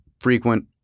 frequent